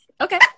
Okay